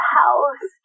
house